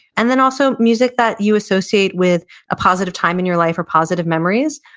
and then also, music that you associate with a positive time in your life or positive memories,